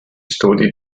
studi